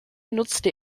nutzte